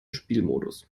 spielmodus